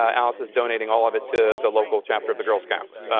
alice is donating all of it to the local chapter of the girl scouts.